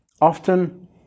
Often